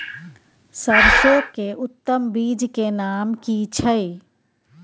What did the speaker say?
सरसो के उत्तम बीज के नाम की छै?